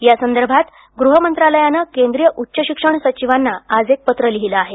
या संदर्भात गृह मंत्रालयानं केन्द्रीय उच्च शिक्षण सचिवांना आज एक पत्र लिहील आहे